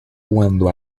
cuando